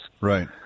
Right